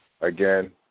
Again